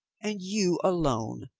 and you alone.